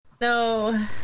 No